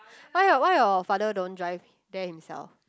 why your why your father don't drive there himself